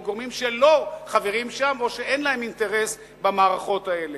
או גורמים שלא חברים שם או שאין להם אינטרס במערכות האלה?